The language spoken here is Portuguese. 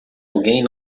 alguém